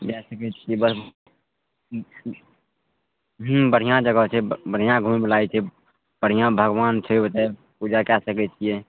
जा सकै छियै हूँ बढिऑं जगह छै बढिऑं घुमैमे लागै छै बढ़िऑं भगवान छै ओतय पूजा कए सकै छियै